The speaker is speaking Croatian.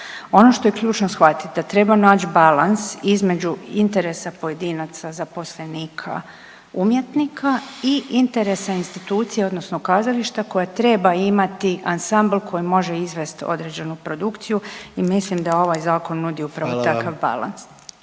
Ono što je ključno shvatiti, da treba naći balans između interesa pojedinaca zaposlenika umjetnika i interesa institucije odnosno kazalište koje treba imati ansambl koji može izvesti određenu produkciju i mislim da ovaj Zakon nudi upravo takav balans.